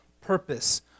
purpose